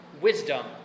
wisdom